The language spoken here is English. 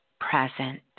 present